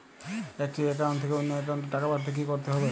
একটি একাউন্ট থেকে অন্য একাউন্টে টাকা পাঠাতে কি করতে হবে?